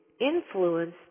influence